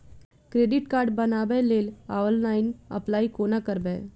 Credit card बनाबै लेल online apply कोना करबै?